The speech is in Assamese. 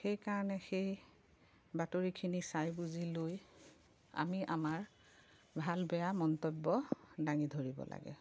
সেইকাৰণে সেই বাতৰিখিনি চাই বুজি লৈ আমি আমাৰ ভাল বেয়া মন্তব্য দাঙি ধৰিব লাগে